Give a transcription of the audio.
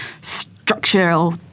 structural